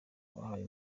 abahaye